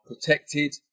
protected